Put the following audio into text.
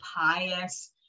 pious